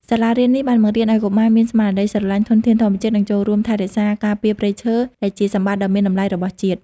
សាលារៀននេះបានបង្រៀនឱ្យកុមារមានស្មារតីស្រឡាញ់ធនធានធម្មជាតិ និងចូលរួមថែរក្សាការពារព្រៃឈើ ដែលជាសម្បត្តិដ៏មានតម្លៃរបស់ជាតិ។